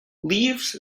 leaves